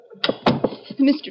Mr